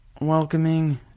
welcoming